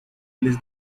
eles